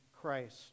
Christ